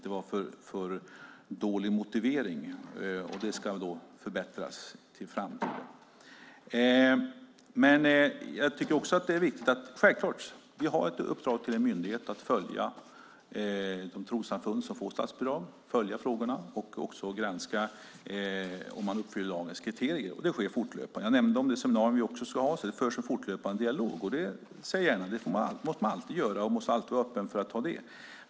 Det var för dålig motivering, och den ska förbättras i framtiden. Självklart har vi ett uppdrag till en myndighet att följa de trossamfund som får statsbidrag, följa frågorna och också granska om man uppfyller lagens kriterier. Det sker fortlöpande. Jag nämnde också det seminarium vi ska ha. Det förs en fortlöpande dialog, och det ser jag gärna. Det måste man alltid göra, och man måste alltid vara öppen för att ta del.